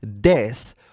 death